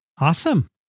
Awesome